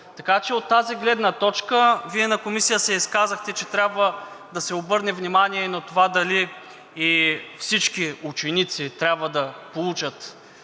Така че от тази гледна точка Вие на Комисия се изказахте, че трябва да се обърне внимание на това дали всички ученици трябва да получат